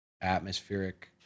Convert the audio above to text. atmospheric